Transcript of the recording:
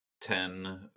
ten